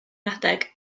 adeg